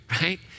right